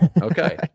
Okay